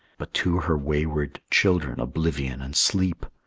but to her wayward children oblivion and sleep,